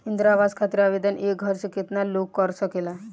इंद्रा आवास खातिर आवेदन एक घर से केतना लोग कर सकेला?